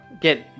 get